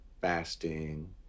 fasting